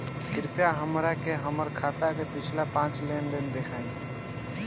कृपया हमरा के हमार खाता के पिछला पांच लेनदेन देखाईं